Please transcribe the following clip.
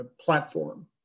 platform